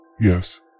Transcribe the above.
Yes